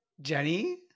Jenny